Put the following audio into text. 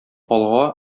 алга